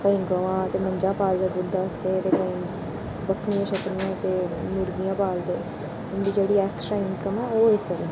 केईं गमां ते मंजां पालदे दुद्ध आस्तै ते केईं बक्करियां शक्करियां ते मुर्गियां पालदे उंदी जेह्ड़ी ऐक्स्ट्रा इनकम ऐ ओह् इस्सै कन्नै